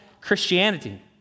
Christianity